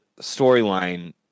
storyline